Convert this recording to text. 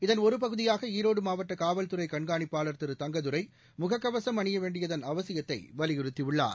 இதன் ஒருபகுதியாக ஈரோடு மாவட்ட காவல்துறை கண்காணிப்பாளர் திரு தங்கதுரை முகக்கவசம் அணிய வேண்டியதன் அவசியத்தை வலியுறுத்தியுள்ளார்